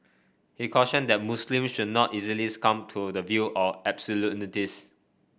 he cautioned that Muslims should not easily succumb to the view of absolutists